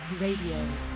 Radio